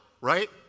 right